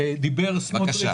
דיבר סמוטריץ',